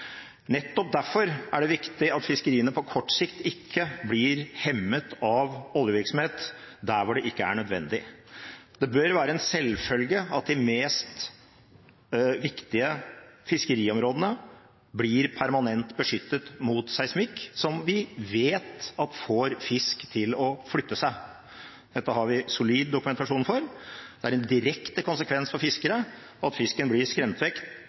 Nettopp derfor er det viktig at fiskeriene på kort sikt ikke blir hemmet av oljevirksomhet der det ikke er nødvendig. Det bør være en selvfølge at de viktigste fiskeriområdene blir permanent beskyttet mot seismikk, som vi vet får fisk til å flytte seg. Dette har vi solid dokumentasjon for. Det er en direkte konsekvens for fiskere at fisken blir